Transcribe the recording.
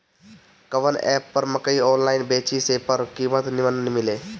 कवन एप पर मकई आनलाइन बेची जे पर कीमत नीमन मिले?